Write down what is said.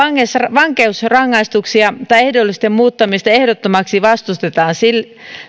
vankeusrangaistuksia tai ehdollisten muuttamista ehdottomaksi vastustetaan sillä